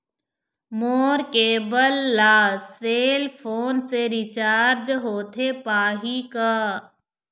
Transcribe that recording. मोर cable ला cell phone से recharge होथे पाही का?